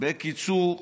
בקיצור,